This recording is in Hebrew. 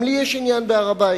גם לי יש עניין בהר-הבית.